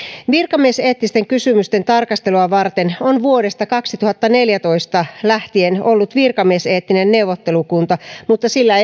virkamieseettisten kysymysten tarkastelua varten on vuodesta kaksituhattaneljätoista lähtien ollut virkamieseettinen neuvottelukunta mutta sillä